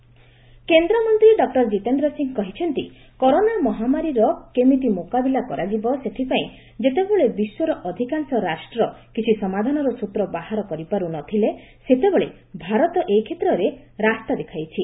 ଜିତେନ୍ଦ୍ର ସିଂ କେନ୍ଦ୍ରମନ୍ତ୍ରୀ ଡକ୍ର ଜିତେନ୍ଦ୍ର ସିଂ କହିଛନ୍ତି କରୋନା ମହାମାରୀର କେମିତି ମୁକାବିଲା କରାଯିବ ସେଥିପାଇଁ ଯେତେବେଳେ ବିଶ୍ୱର ଅଧିକାଂଶ ରାଷ୍ଟ୍ର କିଛି ସମାଧାନର ସ୍ତ୍ର ବାହାର କରିପାରୁ ନ ଥିଲେ ସେତେବେଳେ ଭାରତ ଏ କ୍ଷେତ୍ରରେ ରାସ୍ତା ଦେଖାଇଛି